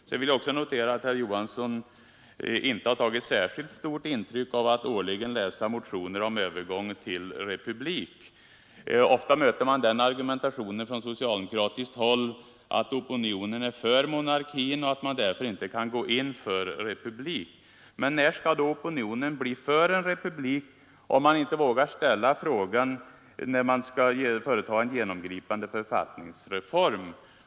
Sedan vill jag också notera att herr Johansson inte har tagit särskilt stort intryck av att årligen läsa motioner om övergång till republik. Ofta möter man den argumentationen från socialdemokratiskt håll att opinionen är för monarkin och att man därför inte kan gå in för republik. Men när skall opinionen bli för en republik, om man inte vågar ställa frågan när man skall företa en genomgripande författningsreform?